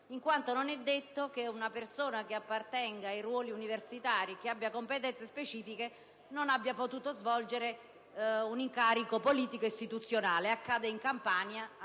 in quanto non è detto che una persona che ricopre ruoli universitari e ha competenze specifiche non abbia potuto svolgere un incarico politico istituzionale. Accade in Campania